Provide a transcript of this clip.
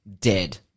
dead